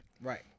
Right